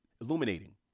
illuminating